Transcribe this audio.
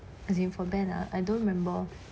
as in for ben ah I don't remember